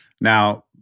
Now